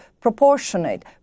proportionate